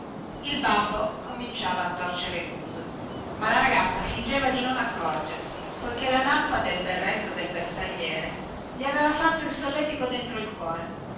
il babbo cominciava a torcere il muso ma la ragazza fingeva di non accorgersi poichè la nappa del berretto del bersagliere gli aveva fatto il solletico dentro il cuore